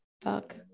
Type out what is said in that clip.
fuck